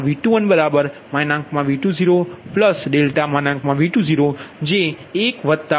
V21V20∆V20જે 1 0